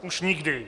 Už nikdy!